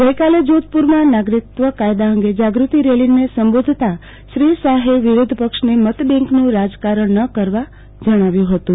ગઈકાલે જોધપુરમાં નાગરિકત્વ કાયદા અંગે જાગૃતિ રેલીને સંબોધતા શ્રી શાહે વિરોધ પક્ષને મતબેંકનું રાજકારણ ન કરવા જણાવ્યું હતું